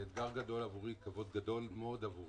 זה אתגר גדול עבורי, כבוד גדול מאוד.